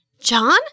John